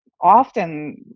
often